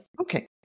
Okay